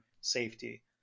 safety